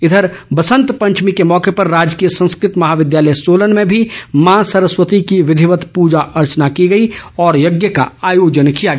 इधर बसंत पंचमी के मौके पर राजकीय संस्कृत महाविद्यालय सोलन में भी मां सरस्वती की विधिवत पूजा अर्चना की गई और यज्ञ का आयोजन किया गया